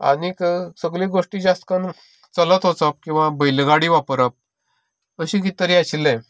आनी सगले गोश्टी जास्त करून चलत वचप किंवा बैल गाडी वापरप अशी कित तरी आशिल्लें